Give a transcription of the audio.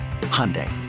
Hyundai